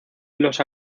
los